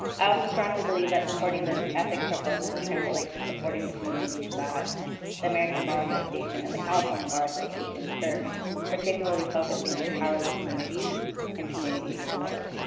i also strongly believe that supporting this ethics proposal will translate to supporting the communities that the american bar association, and the california bar association serves particularly focusing on powerless communities and communities of color.